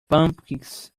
pumpkins